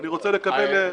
פונה למשרד.